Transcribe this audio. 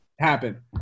happen